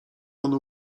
ono